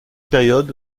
période